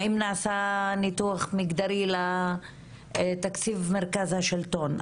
האם נעשה ניתוח מגדרי לתקציב מרכז השלטון?